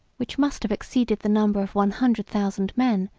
which must have exceeded the number of one hundred thousand men,